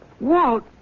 Walt